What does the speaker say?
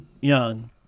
young